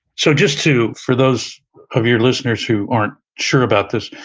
so just to, for those of your listeners who aren't sure about this,